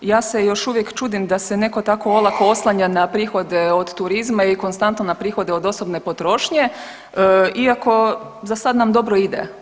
Ja se još uvijek čudim da se netko tako olako oslanja na prihode od turizma i konstantno na prihode od osobne potrošnje iako za sad nam dobro ide.